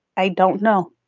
i don't know.